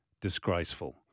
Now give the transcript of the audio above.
disgraceful